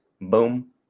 boom